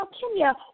Kenya